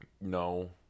No